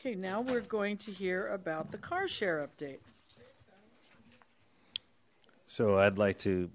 okay now we're going to hear about the car share update so i'd like to